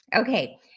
Okay